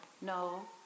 No